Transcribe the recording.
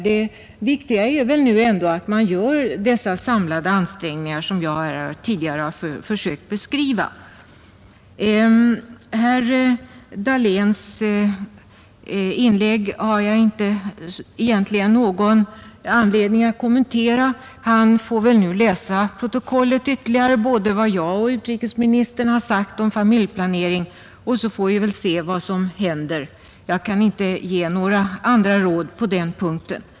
Det viktiga är väl ändå att man gör dessa samlade ansträngningar som jag tidigare försökt beskriva. Herr Dahléns inlägg har jag egentligen inte någon anledning att kommentera. Han får nu läsa protokollet, både vad utrikesministern och jag sagt om familjeplaneringen, och så avvakta utvecklingen. Jag kan inte ge några andra råd på den punkten.